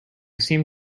seem